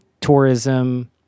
tourism